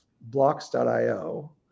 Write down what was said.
blocks.io